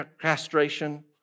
castration